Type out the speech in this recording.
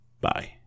Bye